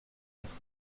quatre